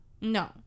no